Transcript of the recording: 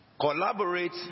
Collaborate